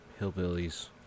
hillbillies